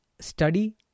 study